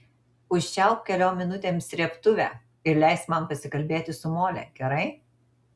užčiaupk keliom minutėm srėbtuvę ir leisk man pasikalbėti su mole gerai